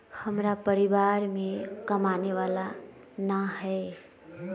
हमरा परिवार में कमाने वाला ना है?